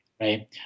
right